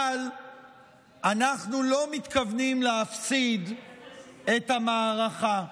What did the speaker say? אבל אנחנו לא מתכוונים להפסיד במערכה.